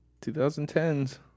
2010s